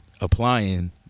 applying